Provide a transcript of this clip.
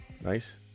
Nice